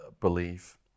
belief